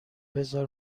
بزار